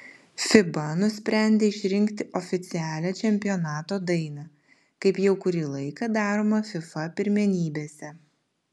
fiba nusprendė išrinkti oficialią čempionato dainą kaip jau kurį laiką daroma fifa pirmenybėse